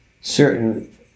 certain